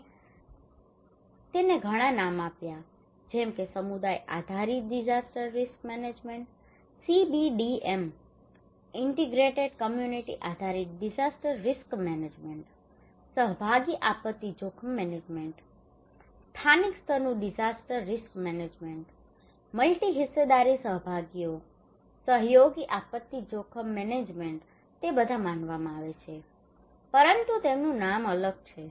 અમે તેને ઘણાં નામો આપ્યા છે જેમ કે સમુદાય આધારિત disaster risk management CBDM integrated community આધારિત ડિઝાસ્ટર રિસ્ક મેનેજમેન્ટ સહભાગી આપત્તિ જોખમ મેનેજમેન્ટ સ્થાનિક સ્તરનું ડિઝાસ્ટર રિસ્ક મેનેજમેન્ટ મલ્ટી હિસ્સેદારી સહભાગીઓ સહયોગી આપત્તિ જોખમ મેનેજમેન્ટ તે બધા માનવામાં આવે છે પરંતુ તેમનું નામ અલગ છે